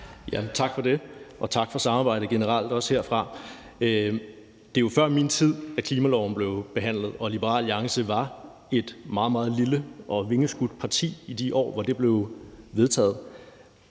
Tak for det. Og tak for samarbejdet generelt, også herfra. Det er jo før min tid, at klimaloven blev behandlet, og Liberal Alliance var et meget, meget lille og vingeskudt parti i de år, hvor det blev vedtaget.